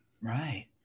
right